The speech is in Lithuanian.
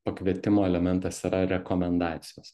pakvietimo elementas yra rekomendacijos